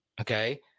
Okay